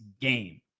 game